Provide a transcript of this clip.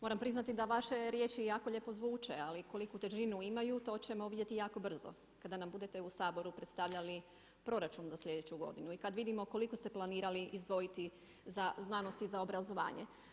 Moram priznati da vaše riječi jako lijepo zvuče, ali koliku težinu imaju to ćemo vidjeti jako brzo kada nam budete u Saboru predstavljali proračun za slijedeću godinu i kad vidimo koliko ste planirali izdvojiti za znanosti i za obrazovanje.